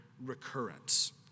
recurrence